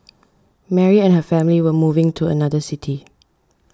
Mary and her family were moving to another city